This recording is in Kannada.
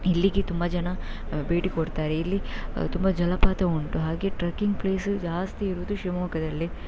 ಇಲ್ಲಿಗೆ ತುಂಬ ಜನ ಭೇಟಿ ಕೊಡ್ತಾರೆ ಇಲ್ಲಿ ತುಂಬ ಜಲಪಾತ ಉಂಟು ಹಾಗೆ ಟ್ರೆಕ್ಕಿಂಗ್ ಪ್ಲೇಸಸ್ ಜಾಸ್ತಿ ಇರೋದು ಶಿವಮೊಗ್ಗದಲ್ಲೇ